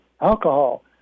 alcohol